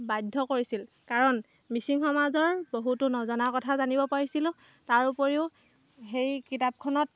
বাধ্য কৰিছিল কাৰণ মিচিং সমাজৰ বহুতো নজনা কথা জানিব পাৰিছিলোঁ তাৰ উপৰিও সেই কিতাপখনত